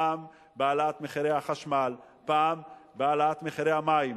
פעם בהעלאת מחירי החשמל ופעם בהעלאת מחירי המים.